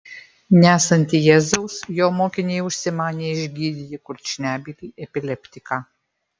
nesant jėzaus jo mokiniai užsimanė išgydyti kurčnebylį epileptiką